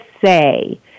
say